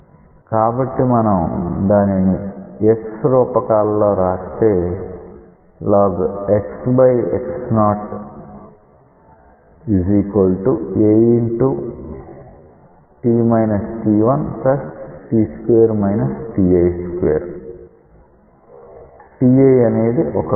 కాబట్టి మనం దానిని x రూపకాలలో రాస్తే ln xx 0 at − t1 t2 − ti 2 t i అనేది ఒక వేరియబుల్